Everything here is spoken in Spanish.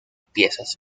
piezas